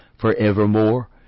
forevermore